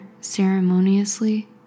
ceremoniously